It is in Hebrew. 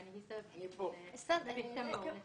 אין תוכנית לפיתוח הכפרים הלא מוכרים,